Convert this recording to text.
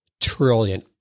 trillion